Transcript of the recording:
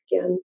again